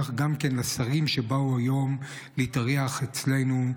כך גם לשרים שבאו היום להתארח אצלנו,